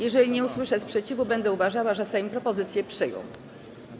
Jeżeli nie usłyszę sprzeciwu, będę uważała, że Sejm propozycje przyjął.